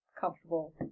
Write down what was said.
comfortable